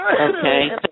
Okay